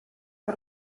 que